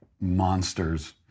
monsters